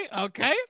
okay